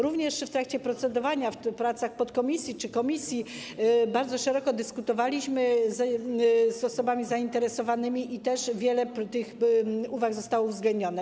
Również w trakcie procedowania w pracach podkomisji czy komisji bardzo szeroko dyskutowaliśmy z osobami zainteresowanymi i wiele tych uwag zostało uwzględnionych.